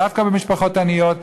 דווקא במשפחות עניות.